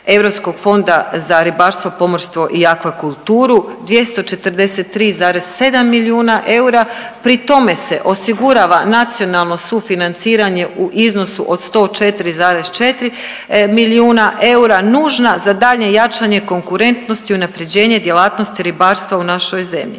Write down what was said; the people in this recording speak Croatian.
Europskog fonda za ribarstvo, pomorstvo i akvakulturu 243,7 milijuna eura, pri tome se osigurava nacionalno sufinanciranje u iznosu od 104,4 milijuna eura nužna za daljnje jačanje konkurentnosti i unaprjeđenje djelatnosti ribarstva u našoj zemlji.